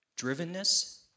drivenness